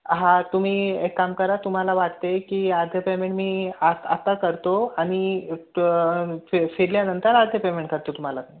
हां तुम्ही एक काम करा तुम्हाला वाटते की आर्धे पेमेंट मी हाफ आता करतो आणि त फि फिरल्यानंतर अर्धी पेमेंट करतो तुम्हाला